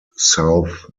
south